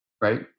right